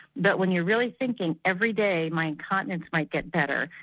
but when you're really thinking every day my incontinence might get better,